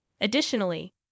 Additionally